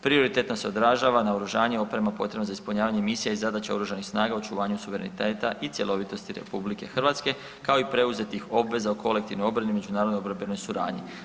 Prioritetno se odražava na oružanje opremu potrebnu za ispunjavanje misija i zadaća oružanih snaga u očuvanju suvereniteta i cjelovitosti RH kao i preuzetih obveza o kolektivnoj obrani i međunarodnoj obrambenoj suradnji.